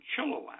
Chilliwack